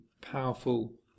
powerful